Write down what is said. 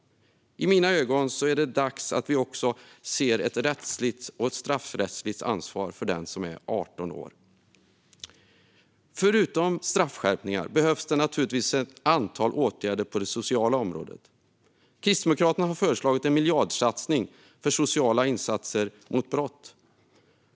I mina ögon är det dags att vi ser ett rättsligt och straffrättsligt ansvar för den som är 18 år. Förutom straffskärpningar behövs ett antal åtgärder på det sociala området. Kristdemokraterna har föreslagit en miljardsatsning på sociala insatser mot brott.